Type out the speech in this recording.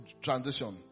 transition